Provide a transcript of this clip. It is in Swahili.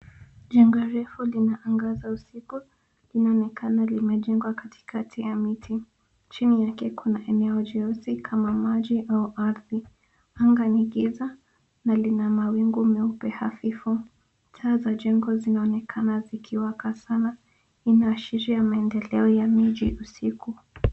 Jengo refu lina angaza usiku. Inaonekana limejengwa katikati ya miti. Chini yake kuna eneo jeusi kama maji au ardhi. Anga ni giza na lina mawingu meupe hafifu. Taa za jengo zinaonekana zikiwaka sana. Inaashiria maendeleo ya miji usiku.